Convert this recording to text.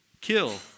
kill